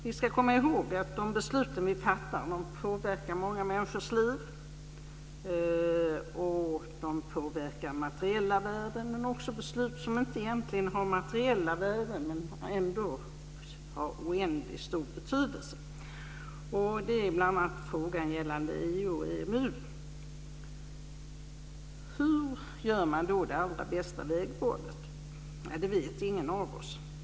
Vi ska komma ihåg att de beslut vi fattar påverkar många människors liv. De påverkar materiella värden, men det finns också beslut som egentligen inte har materiella värden men som ändå har oändligt stor betydelse. Det är bl.a. frågan gällande EU och EMU. Hur gör man då det allra bästa vägvalet? Det vet ingen av oss.